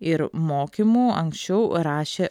ir mokymų anksčiau rašė